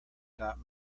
not